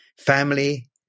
family